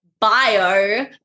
bio